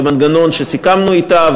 במנגנון שסיכמנו אתה,